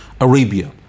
Arabia